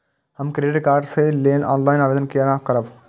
हम credit card के लेल ऑनलाइन आवेदन केना करब?